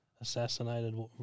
assassinated